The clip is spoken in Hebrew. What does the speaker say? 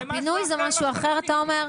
פינוי זה משהו אחר אתה אומר?